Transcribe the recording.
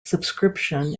subscription